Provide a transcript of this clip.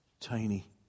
tiny